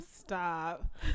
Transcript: stop